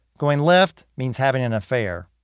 going left, means having an affair.